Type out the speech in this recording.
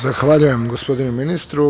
Zahvaljujem, gospodinu ministru.